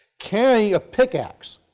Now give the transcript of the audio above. carrying a pick axe.